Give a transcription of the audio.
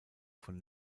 von